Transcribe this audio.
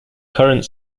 current